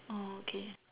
okay